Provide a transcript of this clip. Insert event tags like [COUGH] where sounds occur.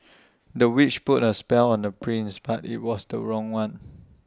[NOISE] the witch put A spell on the prince but IT was the wrong one [NOISE]